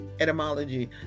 Etymology